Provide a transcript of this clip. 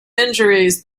injuries